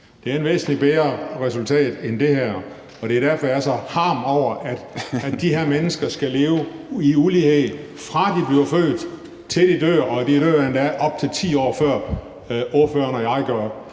Det er et væsentligt bedre resultat end det her, og det er derfor, jeg er så harm over, at de her mennesker skal leve i ulighed, fra de bliver født, til de dør – og de dør endda op til 10 år før ordføreren og jeg.